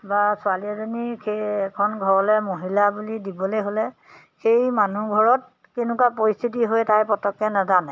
বা ছোৱালী এজনী সেই এখন ঘৰলৈ মহিলা বুলি দিবলৈ হ'লে সেই মানুহ ঘৰত কেনেকুৱা পৰিস্থিতি হয় তাই পতককৈ নাজানে